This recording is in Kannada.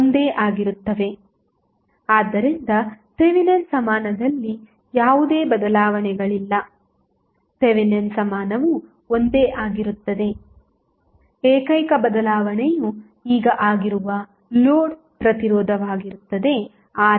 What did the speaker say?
ಆದ್ದರಿಂದ ಥೆವೆನಿನ್ ಸಮಾನದಲ್ಲಿ ಯಾವುದೇ ಬದಲಾವಣೆಗಳಿಲ್ಲ ಥೆವೆನಿನ್ ಸಮಾನವು ಒಂದೇ ಆಗಿರುತ್ತದೆ ಏಕೈಕ ಬದಲಾವಣೆಯು ಈಗ ಆಗಿರುವ ಲೋಡ್ ಪ್ರತಿರೋಧವಾಗಿರುತ್ತದೆ RLΔR